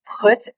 put